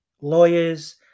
lawyers